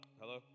Hello